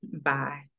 Bye